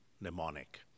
mnemonic